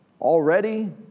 already